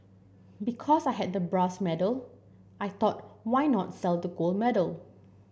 because I had the brass medal I thought why not sell the gold medal